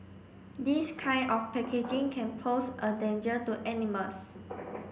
this kind of packaging can pose a danger to animals